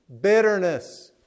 bitterness